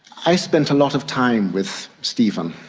i spent a lot of time with stephen.